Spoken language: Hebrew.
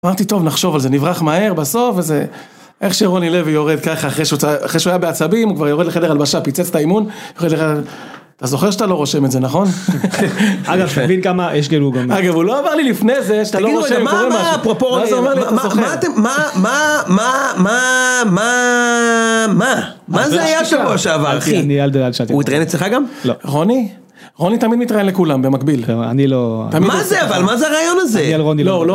אמרתי טוב נחשוב על זה נברח מהר בסוף איזה. איך שרוני לוי יורד ככה אחרי שהוא היה בעצבים הוא כבר יורד לחדר הלבשה פיצץ את האימון. אתה זוכר שאתה לא רושם את זה נכון? אגב הוא לא עבר לי לפני זה שאתה לא רושם את זה. מה מה מה מה מה מה מה מה זה היה שבוע שעבר, אחי? הוא התראיין אצלך גם? רוני? רוני תמיד מתראיין לכולם במקביל. מה זה אבל מה זה הריאיון הזה?